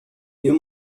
you